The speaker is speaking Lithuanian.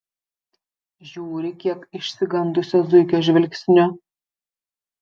žiūri kiek išsigandusio zuikio žvilgsniu